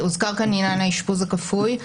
הוזכר כאן עניין האשפוז הכפוי,